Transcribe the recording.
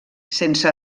sense